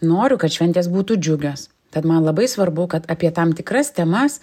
noriu kad šventės būtų džiugios tad man labai svarbu kad apie tam tikras temas